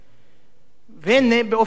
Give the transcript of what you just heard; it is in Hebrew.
והנה באופן פתאומי